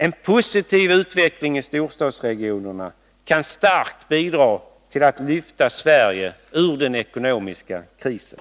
En positiv utveckling i storstadsregionerna kan starkt bidra till att lyfta Sverige ur den ekonomiska krisen.